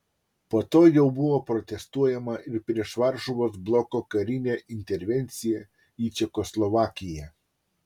po to jau buvo protestuojama ir prieš varšuvos bloko karinę intervenciją į čekoslovakiją